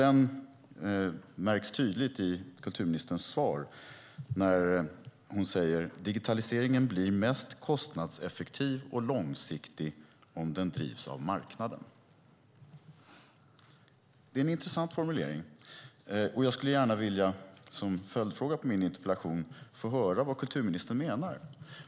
Det märks tydligt i kulturministerns svar när hon säger att digitaliseringen blir mest kostnadseffektiv och långsiktig om den drivs av marknaden. Det är en intressant formulering, och som följdfrågor på min interpellation vill jag gärna höra vad kulturministern menar.